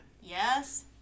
Yes